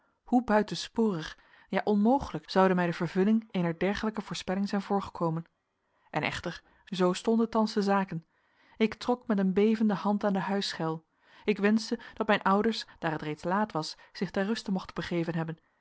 hoe buitensporig ja onmogelijk zoude mij de vervulling eener dergelijke voorspelling zijn voorgekomen en echter zoo stonden thans de zaken ik trok met een bevende hand aan de huisschel ik wenschte dat mijn ouders daar het reeds laat was zich ter ruste mochten begeven hebben